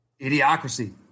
Idiocracy